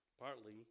Partly